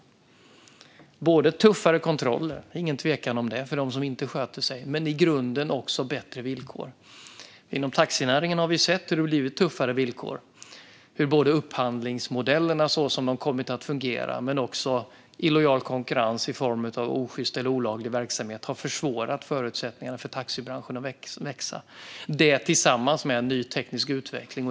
Det handlar både om tuffare kontroller för dem som inte sköter sig, ingen tvekan om det, men i grunden också om bättre villkor. Inom taxinäringen har vi sett hur det har blivit tuffare villkor och hur både upphandlingsmodellerna så som de kommit att fungera och illojal konkurrens i form av osjyst eller olaglig verksamhet har försvårat förutsättningarna för taxibranschen att växa, detta tillsammans med en ny teknisk utveckling.